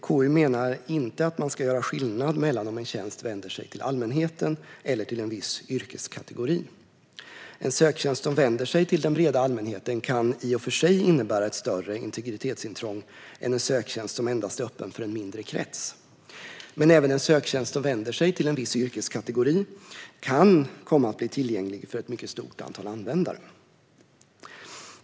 KU menar att man inte ska göra skillnad mellan om en tjänst vänder sig till allmänheten eller om den vänder sig till en viss yrkeskategori. En söktjänst som vänder sig till den breda allmänheten kan i och för sig innebära ett större integritetsintrång än en söktjänst som endast är öppen för en mindre krets. Men även en söktjänst som vänder sig till en viss yrkeskategori kan komma att bli tillgänglig för ett mycket stort antal användare.